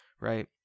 Right